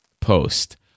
post